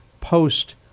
post